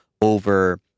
over